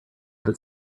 that